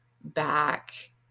back